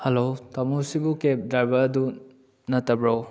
hello ꯇꯥꯃꯣ ꯁꯤꯕꯨ cab ꯗ꯭ꯔꯥꯏꯕꯔꯗꯨ ꯅꯠꯇꯕ꯭ꯔꯣ